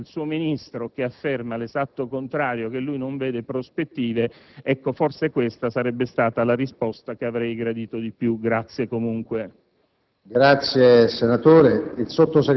ragione, e il giorno dopo quelle del suo Ministro che affermano l'esatto contrario, cioè che lui non vede prospettive, ecco forse questa sarebbe stata la risposta che avrei gradito di più. Grazie comunque.